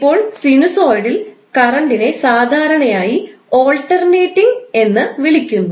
ഇപ്പോൾ സിനുസോയ്ഡൽ കറന്റിനെ സാധാരണയായി ആൾട്ടർനേറ്റിംഗ് എന്ന് വിളിക്കുന്നു